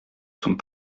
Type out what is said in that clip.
sont